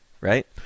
right